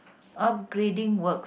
upgrading works